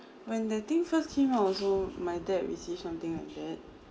when the thing first came out also my dad received something on that